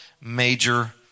major